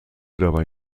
dabei